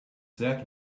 that